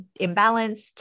imbalanced